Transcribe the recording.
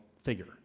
figure